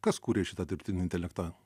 kas kūrė šitą dirbtinio intelekto